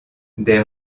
des